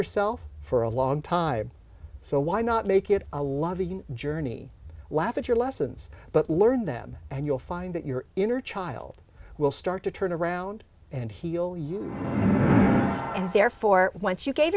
yourself for a long time so why not make it a lot of the journey laugh at your lessons but learn them and you'll find that your inner child will start to turn around and heal you therefore once you g